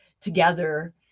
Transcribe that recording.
together